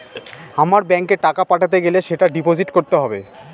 আমার ব্যাঙ্কে টাকা পাঠাতে গেলে সেটা ডিপোজিট করতে হবে